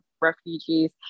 refugees